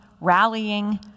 rallying